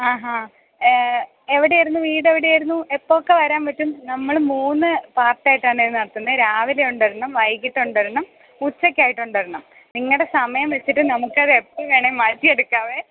ആഹാ എവിടെയായിരുന്നു വീടെവിടെയായിരുന്നു എപ്പോഴൊക്കെ വരാൻ പറ്റും നമ്മൾ മൂന്ന് പാർട്ടായിട്ടാണ് നടത്തുന്നത് രാവിലെ ഉണ്ടൊരെണ്ണം വൈകീട്ടുണ്ടൊരെണ്ണം ഉച്ചക്കായിട്ടുണ്ടൊരെണ്ണം നിങ്ങളുടെ സമയം വെച്ചിട്ട് നമുക്കതെ എപ്പം വേണേ മാറ്റിയെടുക്കാമേ